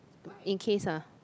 in case ah